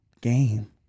game